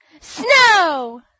Snow